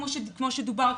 כמו שדובר כאן,